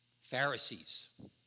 Pharisees